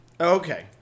Okay